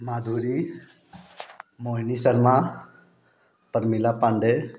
Madhuri Mohini Sharma Parmila Pandey